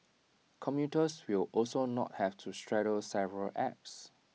commuters will also not have to straddle several apps